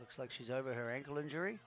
looks like she's over her ankle injury